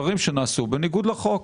דברים שנעשו בניגוד לחוק.